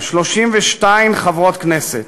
32 חברות הכנסת: